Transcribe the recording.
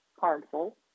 harmful